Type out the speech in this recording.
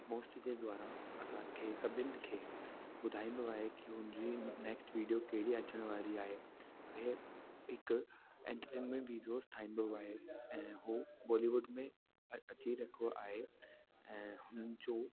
post जे द्वारां असां खे सभिनि खे ॿुधाईंदो आहे की उन जी नेक्स्ट वीडियो कहिड़ी अचण वारी आहे हे हिकु एंटरटेंमेंट वीडियोस ठाहींदो आहे ऐं हू बॉलीवुड में अची रखियो आहे ऐं हुन जो